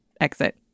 exit